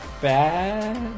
bad